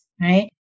right